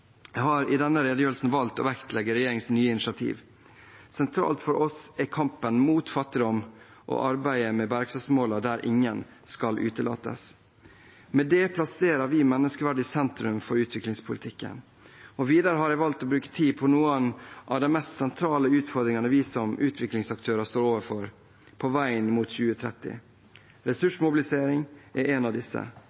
Jeg har i denne redegjørelsen valgt å vektlegge regjeringens nye initiativer. Sentralt for oss er kampen mot fattigdom og arbeidet med bærekraftsmålene, der ingen skal utelates. Med det plasserer vi menneskeverd i sentrum for utviklingspolitikken. Videre har jeg valgt å bruke tid på noen av de mest sentrale utfordringene vi som utviklingsaktører står overfor på veien mot 2030.